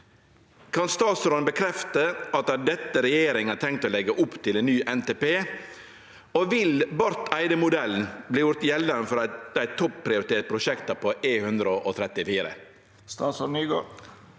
Kan statsråden bekrefte at det er dette regjeringa har tenkt å legge opp til i ny NTP, og vil «Barth Eide-modellen» bli gjort gjeldande for dei topprioriterte prosjekta på E134?»